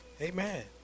Amen